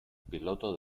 piloto